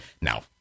Now